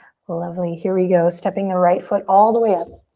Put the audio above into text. lovely. here we go, stepping the right foot all the way up.